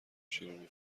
شیرینی